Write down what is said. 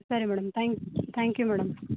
ಸರಿ madam thank thank you madam